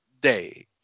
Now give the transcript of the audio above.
day